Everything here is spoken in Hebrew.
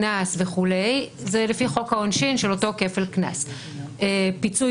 קנס וכו' זה לפי חוק העונשין של אותו כפל קנס; פיצוי